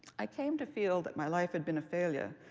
i came to feel that my life had been a failure.